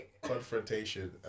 Confrontation